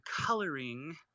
coloring